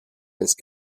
des